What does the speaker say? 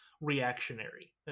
reactionary